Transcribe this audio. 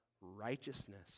righteousness